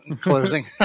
closing